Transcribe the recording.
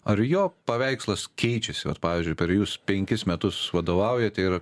ar jo paveikslas keičiasi pavyzdžiui per jus penkis metus vadovaujate ir